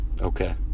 okay